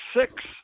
six